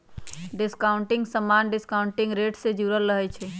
discounting समान्य discounting rate से जुरल रहै छइ